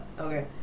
okay